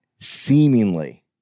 seemingly